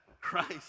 Christ